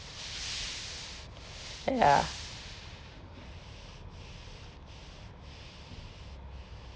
ya